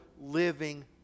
living